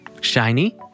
shiny